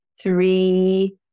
three